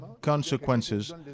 consequences